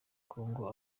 kongo